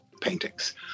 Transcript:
paintings